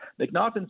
McNaughton